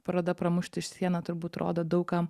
paroda pramušti sieną turbūt rodo daug kam